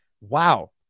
wow